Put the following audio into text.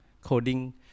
coding